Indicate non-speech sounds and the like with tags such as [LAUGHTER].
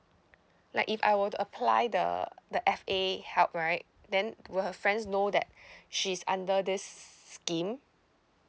like if I were to apply the the F_A help right then will her friends know that [BREATH] she's under this scheme